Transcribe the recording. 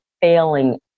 failing